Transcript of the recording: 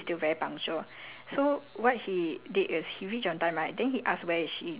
ya then err my uncle he's a very punctual guy like to this day he's still very punctual